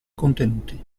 contenuti